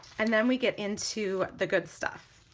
and then we get into the good stuff.